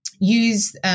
use